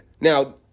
Now